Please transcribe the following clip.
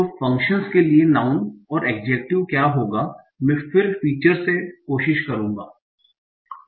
तो फ़ंक्शन के लिए नाऊँन और एड्जेक्टिव क्या होगा मैं फिर फीचर्स से कोशिश करता हूं